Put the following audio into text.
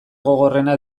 gogorrena